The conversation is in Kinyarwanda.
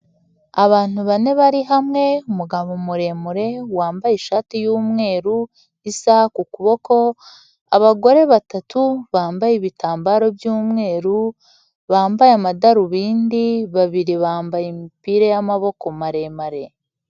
Abantu bane bari hamwe, umugabo muremure wambaye ishati y'umweru, isaha ku kuboko, abagore batatu, bambaye ibitambaro by'umweru, bambaye amadarubindi, babiri bambaye imipira y'amaboko maremare.